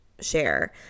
share